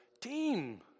team